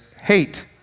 hate